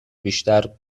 بیشتر